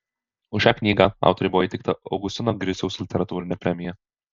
už šią knygą autorei buvo įteikta augustino griciaus literatūrinė premija